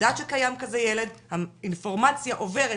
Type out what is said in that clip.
יודעת שקיים כזה ילד והאינפורמציה עוברת,